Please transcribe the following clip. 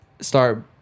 start